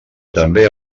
també